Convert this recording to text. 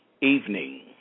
evening